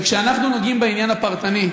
וכשאנחנו נוגעים בעניין הפרטני,